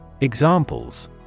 Examples